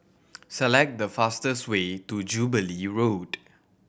select the fastest way to Jubilee Road